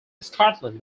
scotland